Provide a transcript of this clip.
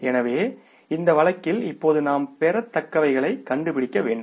எனவே இந்த வழக்கில் இப்போது நாம் பெறத்தக்கவைகளைக் கண்டுபிடிக்க வேண்டும்